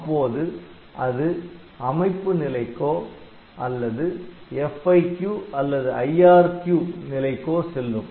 அப்போது அது அமைப்பு நிலைக்கோ அல்லது FIQ அல்லது IRQ நிலைக்கோ செல்லும்